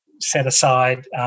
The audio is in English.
set-aside